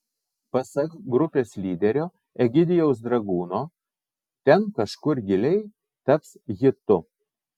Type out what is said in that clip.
pasak grupės lyderio egidijaus dragūno ten kažkur giliai taps hitu